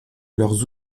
leurs